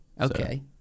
Okay